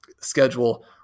schedule